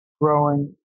growing